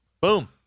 Boom